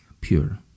pure